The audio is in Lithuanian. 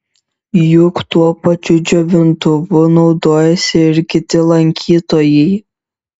juk tuo pačiu džiovintuvu naudojasi ir kiti lankytojai